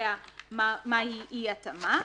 שקובע מהי אי-התאמה.